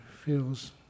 feels